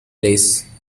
place